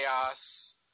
chaos